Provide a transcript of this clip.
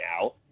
now